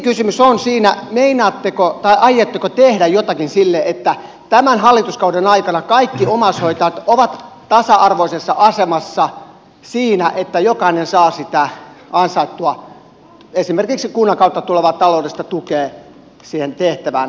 ydinkysymys on siinä aiotteko tehdä jotakin sille että tämän hallituskauden aikana kaikki omaishoitajat ovat tasa arvoisessa asemassa siinä että jokainen saa sitä ansaittua esimerkiksi kunnan kautta tulevaa taloudellista tukea siihen tehtävään